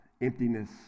emptiness